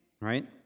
right